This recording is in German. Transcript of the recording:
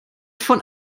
von